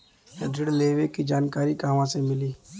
ऋण लेवे के जानकारी कहवा से मिली?